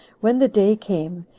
when the day came,